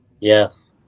Yes